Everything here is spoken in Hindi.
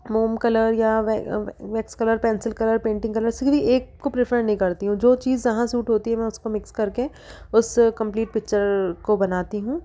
मोम कलर या wax colour pencil colour painting colour किसी भी एक को प्रेफर नहीं करती हूँ जो चीज जहाँ सूट होती है मैं उसको मिक्स करके उस कंप्लीट पिक्चर को बनाती हूँ